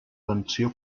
pensió